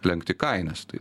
lenkti kainas tai